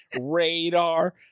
radar